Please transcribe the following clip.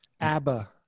Abba